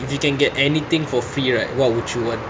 if you can get anything for free right what would you want